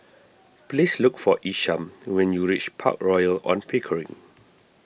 please look for Isham when you reach Park Royal on Pickering